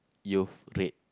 you've played